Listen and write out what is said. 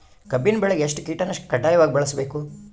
ಕಬ್ಬಿನ್ ಬೆಳಿಗ ಎಷ್ಟ ಕೀಟನಾಶಕ ಕಡ್ಡಾಯವಾಗಿ ಬಳಸಬೇಕು?